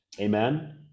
Amen